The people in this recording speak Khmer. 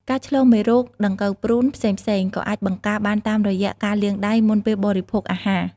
ការឆ្លងមេរោគ ដង្កូវព្រូន ផ្សេងៗ ក៏អាចបង្ការបានតាមរយៈការលាងដៃមុនពេលបរិភោគអាហារ។